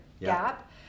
gap